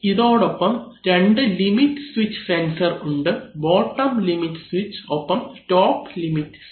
ഇതോടൊപ്പം 2 limit switch sensor ഉണ്ട് bottom limit switch ഒപ്പം ടോപ് ലിമിറ്റ് സ്വിച്ച്